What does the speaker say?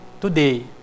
today